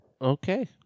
Okay